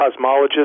cosmologist